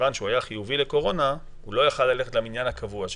מכיוון שהוא היה חיובי לקורונה הוא לא היה יכול ללכת למניין הקבוע שלו,